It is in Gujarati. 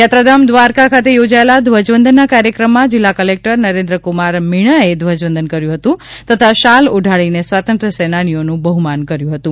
યાત્રાધામ ધ્વારકા ખાતે યોજાયેલા ધ્વજ વંદનના કાર્યક્રમમાં જીલ્લા કલેકટર નરેન્દ્ર કુમાર મીણાએ ધ્વજ વંદન કર્યુ હતું તથા શાલ ઓઢાડીને સ્વાતંત્ર્ય સેનાનીઓનું બહુમાન કર્યુ હતું